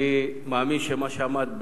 אני מאמין שמה שקרה,